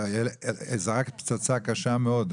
זרקת פצצה קשה מאוד.